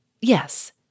Yes